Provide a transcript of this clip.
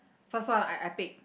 first one I I pick